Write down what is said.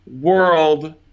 world